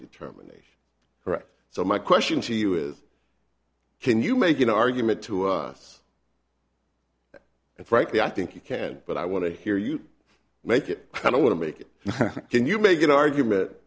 determining right so my question to you is can you make an argument to us and frankly i think you can but i want to hear you make it i don't want to make it can you make an argument